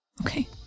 Okay